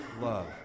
love